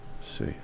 see